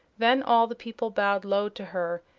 then all the people bowed low to her,